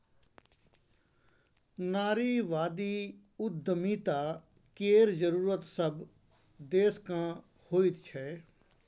नारीवादी उद्यमिता केर जरूरत सभ देशकेँ होइत छै